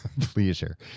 Pleasure